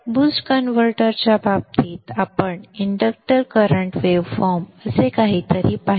BOOST कन्व्हर्टरच्या बाबतीत आपण इंडक्टर करंट वेव्हफॉर्म असे काहीतरी पाहिले